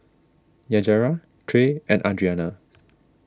Yajaira Trae and Adrianna